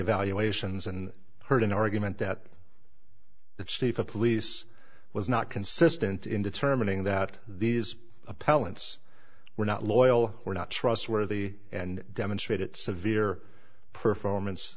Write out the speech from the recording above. evaluations and heard an argument that the chief of police was not consistent in determining that these appellants were not loyal were not trustworthy and demonstrate it severe performance